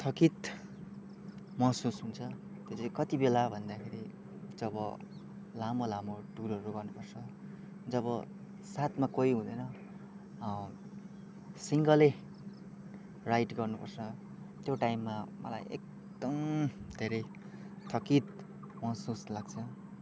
थकित महसुस हुन्छ त्यो चाहिँ कतिबेला भन्दाखेरि जब लामो लामो टुरहरू गर्नुपर्छ जब साथमा कोही हुँदैन सिङ्गलै राइड गर्नु पर्छ त्यो टाइममा मलाई एकदम धेरै थकित महसुस लाग्छ